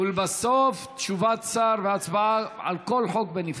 ולבסוף ת שובת שר והצבעה על כל חוק בנפרד.